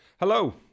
Hello